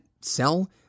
sell